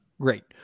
Great